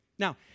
Now